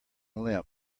limp